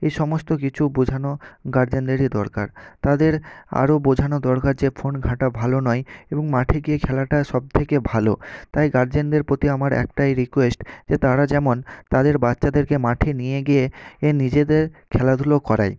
এই সমস্ত কিছু বোঝানো গার্জেনদেরই দরকার তাদের আরও বোঝানো দরকার যে ফোন ঘাঁটা ভালো নয় এবং মাঠে গিয়ে খেলাটা সবথেকে ভালো তাই গার্জেনদের প্রতি আমার একটাই রিকোয়েস্ট যে তারা যেমন তাদের বাচ্চাদেরকে মাঠে নিয়ে গিয়ে এ নিজেদের খেলাধুলো করায়